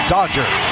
Dodger